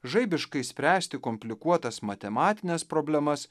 žaibiškai spręsti komplikuotas matematines problemas